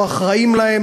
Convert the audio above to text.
לא אחראים להן,